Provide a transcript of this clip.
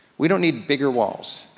we don't need bigger walls.